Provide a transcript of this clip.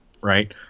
Right